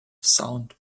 sound